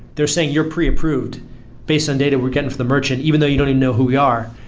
they're saying you're pre-approved based on data we're getting from the merchant, even though you don't even know who we are.